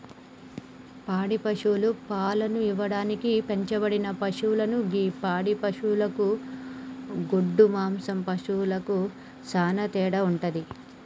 పాడి పశువులు పాలను ఇవ్వడానికి పెంచబడిన పశువులు గి పాడి పశువులకు గొడ్డు మాంసం పశువులకు సానా తేడా వుంటది